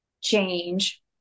change